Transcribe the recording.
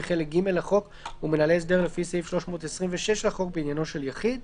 חלק ג' לחוק ומנהלי הסדר לפי סעיף 326 לחוק בעניינו של יחיד,